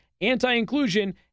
anti-inclusion